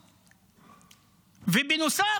ובנוסף,